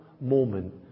moment